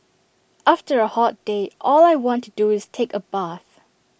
after A hot day all I want to do is take A bath